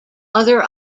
other